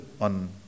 on